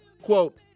Quote